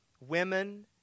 women